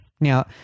Now